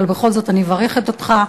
בכל זאת אני מברכת אותך.